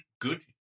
good